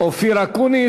אופיר אקוניס.